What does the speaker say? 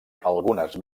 algunes